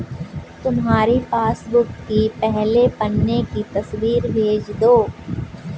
तुम्हारी पासबुक की पहले पन्ने की तस्वीर भेज दो